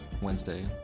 Wednesday